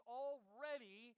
already